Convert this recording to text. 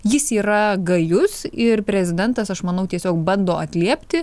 jis yra gajus ir prezidentas aš manau tiesiog bando atliepti